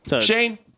Shane